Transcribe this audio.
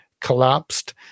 collapsed